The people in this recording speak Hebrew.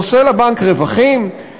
עושה לבנק רווחים,